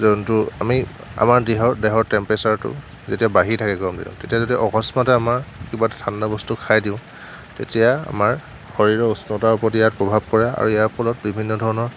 যোনটো আমি আমাৰ দেহৰ দেহৰ টেম্পেচাৰটো যেতিয়া বাঢ়ি থাকে গৰম দিনত তেতিয়া যদি অকস্মাতে আমাৰ কিবা এটা ঠাণ্ডা বস্তু খাই দিওঁ তেতিয়া আমাৰ শৰীৰৰ উষ্ণতাৰ ওপৰত ইয়াৰ প্ৰভাৱ পৰে আৰু ইয়াৰ ফলত বিভিন্ন ধৰণৰ